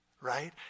right